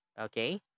Okay